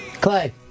Clay